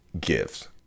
gifts